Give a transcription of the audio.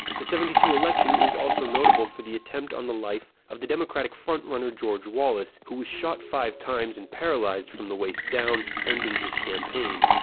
the seventy two election is also notable for the attempt on the life of the democratic frontrunner george wallace, who was shot five times and paralyzed from the waist down, ending his campaign.